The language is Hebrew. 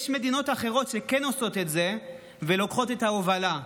יש מדינות אחרות שכן עושות את זה ולוקחות את ההובלה,